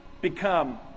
become